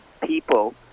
people